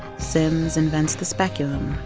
sims invents the speculum.